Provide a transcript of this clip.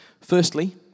Firstly